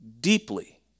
deeply